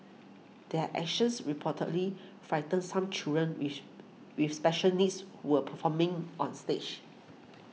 their actions reportedly frightened some children with with special needs who were performing on stage